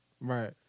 Right